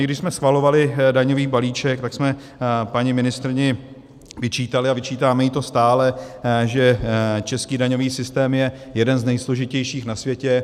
Když jsme schvalovali daňový balíček, tak jsme paní ministryni vyčítali, a vyčítáme jí to stále, že český daňový systém je jeden z nejsložitějších na světě.